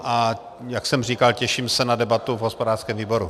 A jak jsem říkal, těším se na debatu v hospodářském výboru.